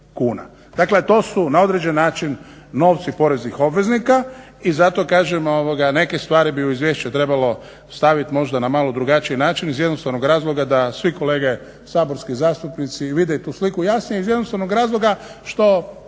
Dakle to su na određeni način novci poreznih obveznika i zato kažem neke stvari bi u izvješće trebalo staviti možda na malo drugačiji način iz jednostavnog razloga da svi kolege saborski zastupnici vide tu sliku jasnije iz jednostavnog razloga što